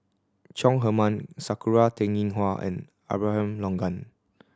Chong Heman Sakura Teng Ying Hua and Abraham Logan